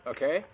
Okay